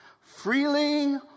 Freely